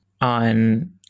on